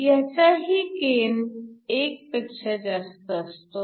ह्याचाही गेन एक पेक्षा जास्त असतो